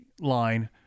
line